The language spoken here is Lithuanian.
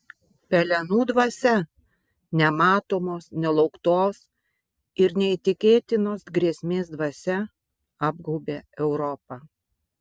pelenų dvasia nematomos nelauktos ir neįtikėtinos grėsmės dvasia apgaubė europą